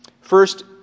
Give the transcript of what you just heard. First